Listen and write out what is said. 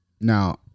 Now